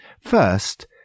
First